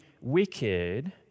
wicked